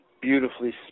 Beautifully